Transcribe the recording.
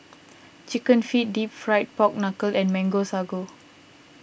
Chicken Feet Deep Fried Pork Knuckle and Mango Sago